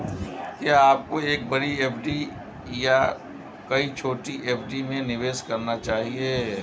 क्या आपको एक बड़ी एफ.डी या कई छोटी एफ.डी में निवेश करना चाहिए?